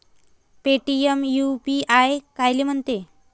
Paytm UPI कायले म्हनते?